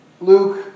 Luke